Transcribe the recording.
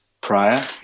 prior